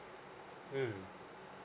mm